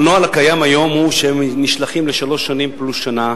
הנוהל הקיים היום הוא שהם נשלחים לשלוש שנים פלוס שנה,